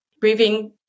breathing